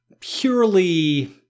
purely